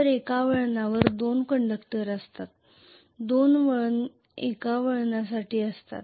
तर एका वळणावर दोन कंडक्टर असतात दोन वळण एका वळणासाठी असतात